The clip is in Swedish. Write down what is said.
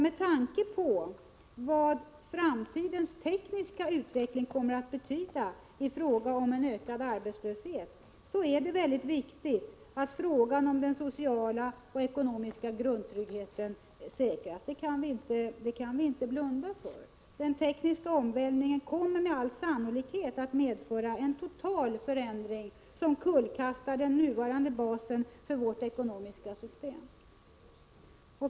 Med tanke på vad framtidens tekniska utveckling kommer att betyda i fråga om ökad arbetslöshet är det mycket viktigt att den sociala och ekonomiska grundtryggheten säkras — det kan vi inte blunda för. Den tekniska omvälvningen kommer med all sannolikhet att medföra en total förändring, som kullkastar den nuvarande basen för vårt ekonomiska system.